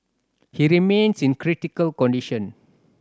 he remains in critical condition